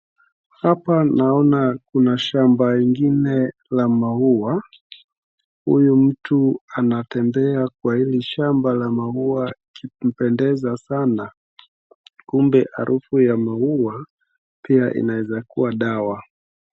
Hapa naona kuna shamba ingine la maua, huyu mtu anatembea kwa hili shamba la maua ikimpendeza sana, kumbe harufu ya maua pia inaweza kuwa dawa.